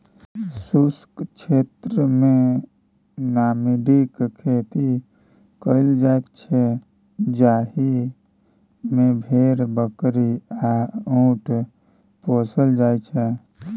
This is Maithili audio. शुष्क क्षेत्रमे नामेडिक खेती कएल जाइत छै जाहि मे भेड़, बकरी आ उँट पोसल जाइ छै